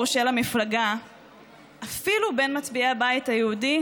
מצביעי הליכוד,